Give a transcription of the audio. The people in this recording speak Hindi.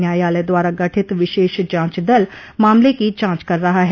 न्यायालय द्वारा गठित विशेष जांच दल मामले की जांच कर रहा है